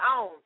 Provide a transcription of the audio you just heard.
own